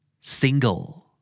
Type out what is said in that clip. Single